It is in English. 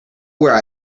where